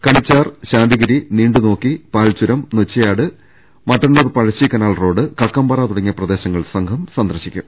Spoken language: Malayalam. കണിച്ചാർ ശാന്തിഗിരി നീണ്ടുനോക്കി പാൽച്ചുരം നൊച്ച്യാട് മട്ട ന്നൂർ പഴശ്ശികനാൽ റോഡ് കക്ക്ംപാറ തുടങ്ങിയ പ്രദേശങ്ങൾ സംഘം സന്ദർശിക്കും